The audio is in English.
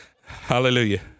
Hallelujah